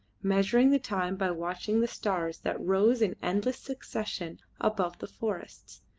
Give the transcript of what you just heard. measuring the time by watching the stars that rose in endless succession above the forests,